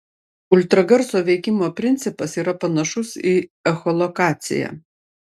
ultragarso veikimo principas yra panašus į echolokaciją